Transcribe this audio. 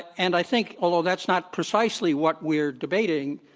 and i think although that's not precisely what we're debating,